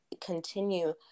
continue